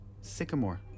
Sycamore